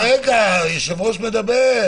רגע, היושב-ראש מדבר.